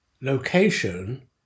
location